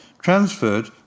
transferred